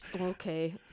Okay